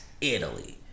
Italy